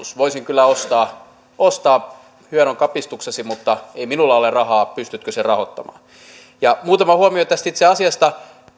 rahoitus voisin kyllä ostaa ostaa hienon kapistuksesi mutta ei minulla ole rahaa pystytkö sen rahoittamaan muutama huomio tästä itse asiasta